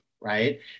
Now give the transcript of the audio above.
right